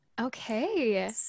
Okay